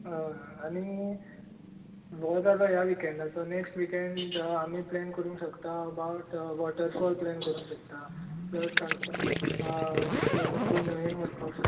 हय हय आनी हें जाले ह्या विकेंडाचें नॅक्स्ट विकँड हो आमी प्लॅन करूंक शकता अबाउट वॉटरफॉल प्लेन करूंक शकता प्लस आमी खंय न्हंयेन वसपाक शकता